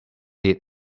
lit